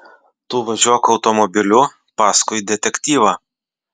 tu važiuok automobiliu paskui detektyvą